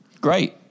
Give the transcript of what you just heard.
Great